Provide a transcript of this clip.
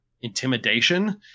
intimidation